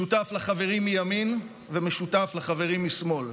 משותף לחברים מימין ומשותף לחברים משמאל,